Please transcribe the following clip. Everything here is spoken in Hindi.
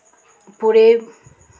पूरे